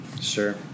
Sure